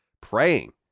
praying